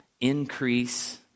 increase